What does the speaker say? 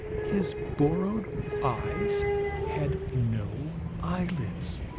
his borrowed eyes had no eyelids!